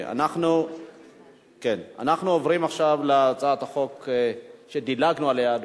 אנחנו עוברים עכשיו להצעת חוק שדילגנו עליה,